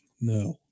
No